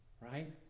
right